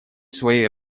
своей